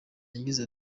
yagize